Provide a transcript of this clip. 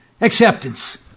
acceptance